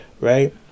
Right